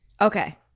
Okay